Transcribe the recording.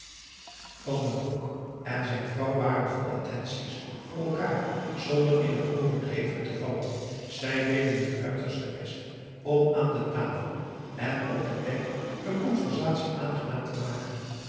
van den broek en zijn vrouw waren vol attenties voor elkaar zonder in het overdrevene te vallen zij deden hun uiterste best om aan de tafel en op het dek de conversatie aangenaam te maken